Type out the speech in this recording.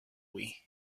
wii